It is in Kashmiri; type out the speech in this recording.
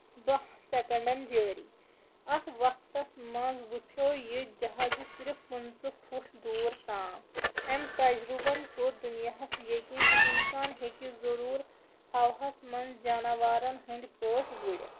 بہہ سیکَنڈن جٲری اَتھ وقتَس منٛز وُپھیٚو یہِ جَہازٕ صِرِف پٕنٛژٕہ پھُٹ دوٗر تام أمۍ تَجرُبن کوٚر دُنیاہَس یَقیٖن زِ اِنسان ہٮ۪کہِ ضروٗر ہواہَس منٛز جاناوارن ہٕندۍ پٲٹھۍ وُڈِتھ